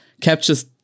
captures